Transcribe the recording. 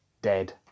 Dead